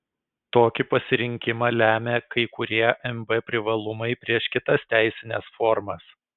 tokį pasirinkimą lemia kai kurie mb privalumai prieš kitas teisines formas